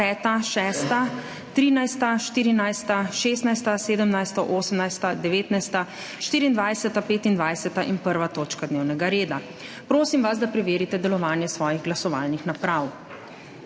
6., 13., 14., 16., 17., 18., 19., 24., 25. in 1. točka dnevnega reda. Prosim vas, da preverite delovanje svojih glasovalnih naprav.